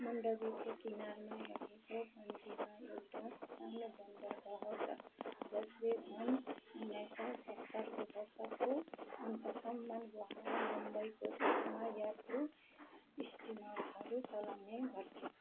मन्डवीको किनारमा रहेको पनजीमा एउटा सानो बन्दरगाह छ जसले सन् उन्नाइस सौ सत्तरको दशकको अन्तसम्म गोवा मुम्बईको बिचमा यात्रु स्टिमरहरू चलाउने गर्थ्यो